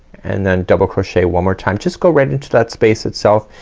and then double crochet one more time. just go right into that space itself.